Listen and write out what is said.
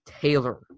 Taylor